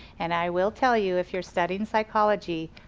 and i will tell you if you're studying psychology,